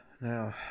Now